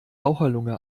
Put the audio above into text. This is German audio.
raucherlunge